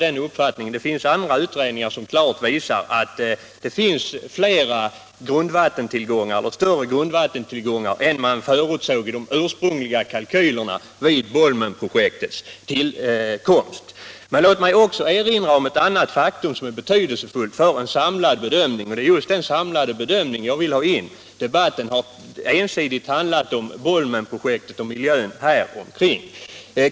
Det finns också andra utredningar som visar att det finns flera och större grundvattentillgångar i Skåne än man förutsåg i de ursprungliga kalkylerna vid Bolmenprojektets tillkomst. Men låt mig också erinra om en annan faktor, som är betydelsefull för en samlad bedömning av Skånes framtida vattenbehov. Debatten har ensidigt handlat om Bolmenprojektet och miljön där omkring.